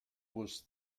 was